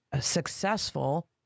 successful